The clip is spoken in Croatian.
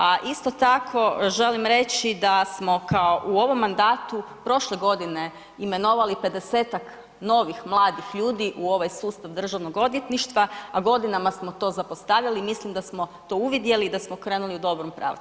A isto tako želim reći da smo u ovom mandatu prošle godine imenovali pedesetak novih mladih ljudi u ovaj sustav državnog odvjetništva, a godinama smo to zapostavljali i mislim da smo to uvidjeli i da smo krenuli u dobrom pravcu.